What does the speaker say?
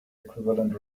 equivalent